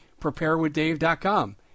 preparewithdave.com